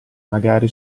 magari